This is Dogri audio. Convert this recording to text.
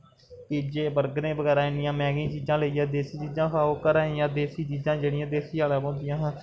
पिज्जे बर्गर बगैरा इन्नियां मैंह्गियां चीजां लेइयै देस्सी चीजां खाओ घरे दियां देस्सी जेह्ड़ियां बड़ा दियां अलग होंदियां हां